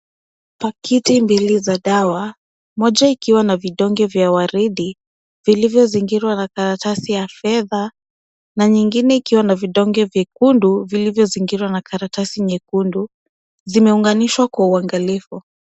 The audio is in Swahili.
Pakiti mbili za dawa moja ikiwa na vidonge vya waridi vilivyozingirwa na karatasi ya fedha na nyingine ikiwa na vidonge vyekundu vilivyozingirwa na karatasi nyekundu. Zimeunganishwa kwa uangalifu.